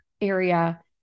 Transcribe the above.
area